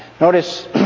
Notice